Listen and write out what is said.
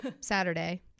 Saturday